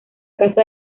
casa